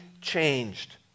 changed